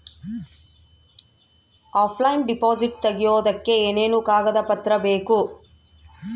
Offline deposit ತೆಗಿಯೋದಕ್ಕೆ ಏನೇನು ಕಾಗದ ಪತ್ರ ಬೇಕು?